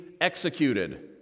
executed